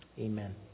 Amen